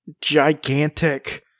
gigantic